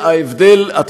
אני לא מטיל דופי,